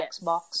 Xbox